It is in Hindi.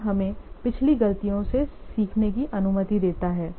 यह हमें पिछली गलतियों से सीखने की अनुमति देता है